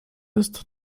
ist